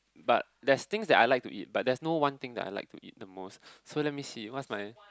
but there's things that I like to eat but there's no one thing that I like to eat the most so let me see what's my